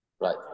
right